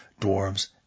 dwarves